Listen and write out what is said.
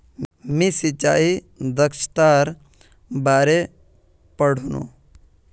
मी सिंचाई दक्षतार बारे पढ़नु